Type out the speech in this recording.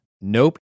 Nope